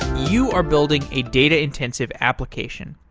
you are building a data intensive application.